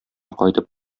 кайтып